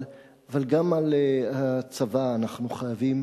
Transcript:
אבל גם על הצבא שבהווה ולעתיד אנחנו חייבים